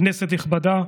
כנסת נכבדה,